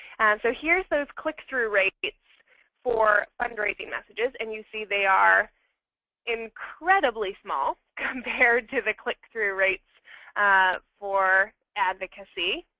so here's those click through rates for fundraising messages. and you see they are incredibly small compared to the click through rates for advocacy.